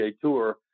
Tour